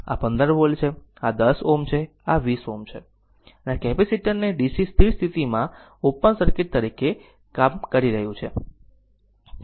આ 15 વોલ્ટ છે આ 10 Ω છે Ω આ 20 Ω છે અને આ કેપેસીટર ને DC સ્થિર સ્થિતિ માં ઓપન સર્કિટ તરીકે કામ કરી રહ્યું છે